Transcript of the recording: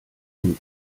den